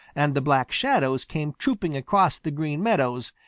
and the black shadows came trooping across the green meadows,